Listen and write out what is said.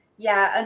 yeah, and